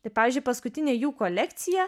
tai pavyzdžiui paskutinė jų kolekcija